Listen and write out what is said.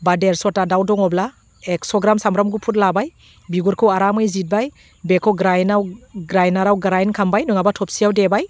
बा देरस'था दाउ दङब्ला एकस' ग्राम सामब्राम गुफुर लाबाय बिगुरखौ आरामै जिरबाय बेखौ ग्राइनआव ग्राइनाराव ग्नाइन खालामबाय नङाबा थफसियाव देबाय